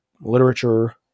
literature